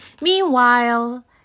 Meanwhile